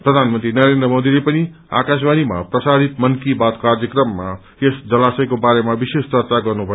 प्रधानमन्त्री नरेन्द्र मोदीले पनि आकाशवाणीमा प्रसारित मन की बात कार्यक्रममा यस जलाशयको बारेमा विशेष चर्चा गर्नु भएको थियो